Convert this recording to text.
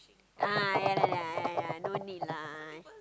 ah ya lah ya ya ya no need lah